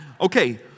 Okay